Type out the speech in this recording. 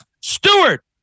Stewart